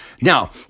Now